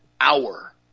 hour